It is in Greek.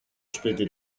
σπίτι